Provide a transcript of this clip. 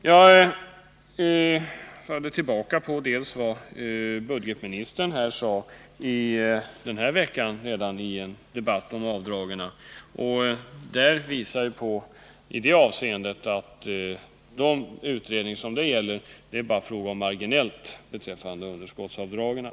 Jag stöder mig därvid på vad budgetministern sade i en debatt om avdragen under den här veckan, då det framkom att utredningen bara marginellt skulle behandla frågan om underskottsavdragen.